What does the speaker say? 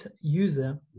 user